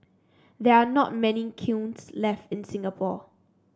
they are not many kilns left in Singapore